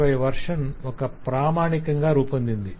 5 version ఒక ప్రామాణికంగా రూపొందింది